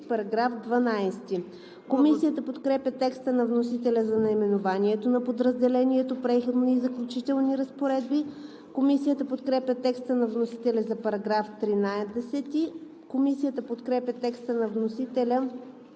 за § 12. Комисията подкрепя текста на вносителя за наименованието на подразделението „Преходни и заключителни разпоредби“. Комисията подкрепя текста на вносителя за § 13. Комисията подкрепя текста на вносителя